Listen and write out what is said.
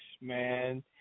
man